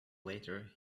later